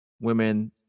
women